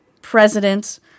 President